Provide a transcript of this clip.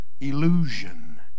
illusion